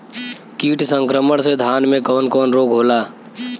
कीट संक्रमण से धान में कवन कवन रोग होला?